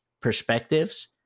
perspectives